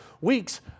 weeks